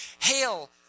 hail